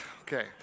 okay